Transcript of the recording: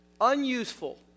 unuseful